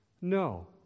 No